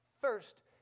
first